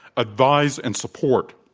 advise and support